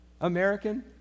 American